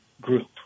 group